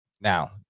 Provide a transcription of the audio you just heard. Now